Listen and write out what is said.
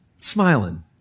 smiling